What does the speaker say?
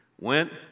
Went